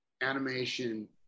animation